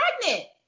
pregnant